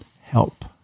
Help